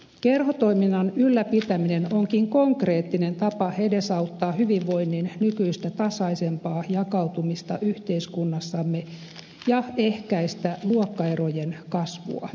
kerhotoiminnan ylläpitäminen onkin konkreettinen tapa edesauttaa hyvinvoinnin nykyistä tasaisempaa jakautumista yhteiskunnassamme ja ehkäistä luokkaerojen kasvua